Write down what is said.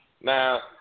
Now